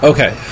Okay